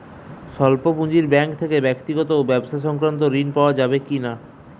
স্বল্প পুঁজির ব্যাঙ্ক থেকে ব্যক্তিগত ও ব্যবসা সংক্রান্ত ঋণ পাওয়া যাবে কিনা?